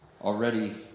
already